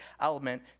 element